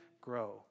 grow